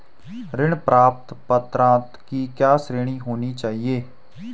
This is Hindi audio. ऋण प्राप्त पात्रता की क्या श्रेणी होनी चाहिए?